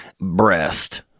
breast